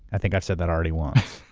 i think i've said that already once.